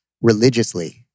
religiously